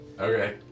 Okay